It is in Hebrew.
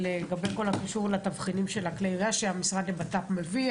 לגבי כל מה שקשור לתבחינים של כלי הירייה שהמשרד לביטחון הפנים מביא.